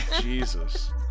Jesus